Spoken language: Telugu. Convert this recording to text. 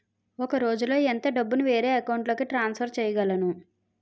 ఒక రోజులో ఎంత డబ్బుని వేరే అకౌంట్ లోకి ట్రాన్సఫర్ చేయగలను?